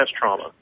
trauma